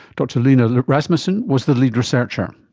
dr line ah rasmussen was the lead researcher.